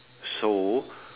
so